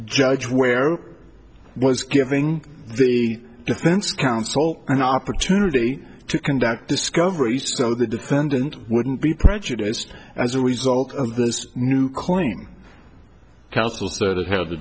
judge where was giving the defense counsel an opportunity to conduct discovery so the defendant wouldn't be prejudiced as a result of this new coining councils that had to